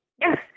Yes